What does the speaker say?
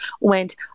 went